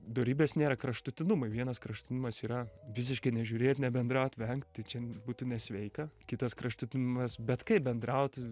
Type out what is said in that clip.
dorybės nėra kraštutinumai vienas kraštutinumas yra visiškai nežiūrėt nebendraut vengt tai čia būtų nesveika kitas kraštutinumas bet kaip bendraut